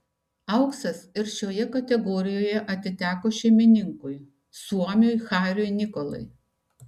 auksas ir šioje kategorijoje atiteko šeimininkui suomiui hariui nikolai